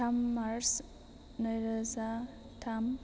थाम मार्च नैरोजा थाम